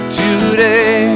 today